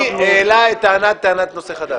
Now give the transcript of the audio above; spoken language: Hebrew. מי העלה את טענת נושא חדש?